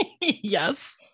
Yes